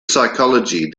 psychology